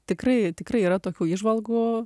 tikrai tikrai yra tokių įžvalgų